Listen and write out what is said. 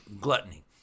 Gluttony